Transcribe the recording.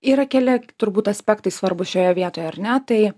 yra keli turbūt aspektai svarbūs šioje vietoj ar ne tai